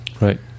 Right